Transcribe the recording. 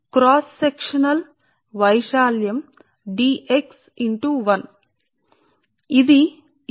1 లోకి cross sectional ప్రాంతం సరే కాబట్టి ఈ సందర్భం లో మునుపటిలాగే వెబర్ కు మీటర్ముందు వెబర్ మాదిరిగానే సరే